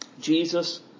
Jesus